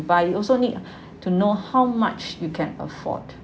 buy you also need to know how much you can afford